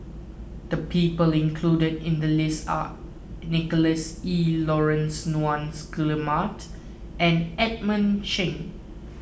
the people included in the list are Nicholas Ee Laurence Nunns Guillemard and Edmund Cheng